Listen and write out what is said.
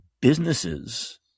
businesses